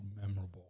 memorable